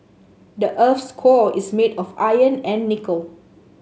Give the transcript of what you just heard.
the earth's core is made of iron and nickel